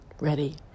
ready